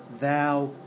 thou